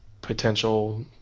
potential